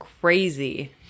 crazy